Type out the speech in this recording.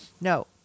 No